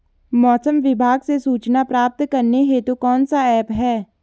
मौसम विभाग से सूचना प्राप्त करने हेतु कौन सा ऐप है?